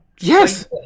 Yes